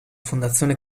fondazione